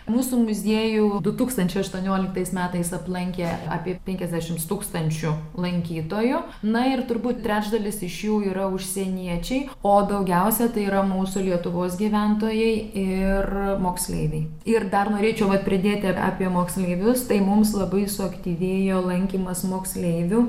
mūsų muziejų du tūkstančiai aštuonioliktais metais aplankė apie penkiasdešims tūkstančių lankytojų na ir turbūt trečdalis iš jų yra užsieniečiai o daugiausia tai yra mūsų lietuvos gyventojai ir moksleiviai ir dar norėčiau vat pridėti apie moksleivius tai mums labai suaktyvėjo lankymas moksleivių